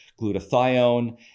glutathione